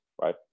right